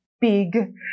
big